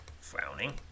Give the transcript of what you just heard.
frowning